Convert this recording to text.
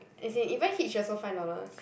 as in even hitch also five dollars